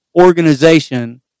organization